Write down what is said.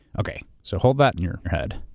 okay, so hold that in your head.